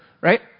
right